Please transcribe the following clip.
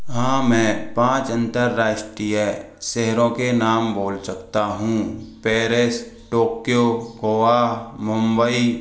हाँ मैं पाँच अंतर्राष्ट्रीय शहरों के नाम बोल सकता हूँ पेरिस टोक्यो गोवा मुंबई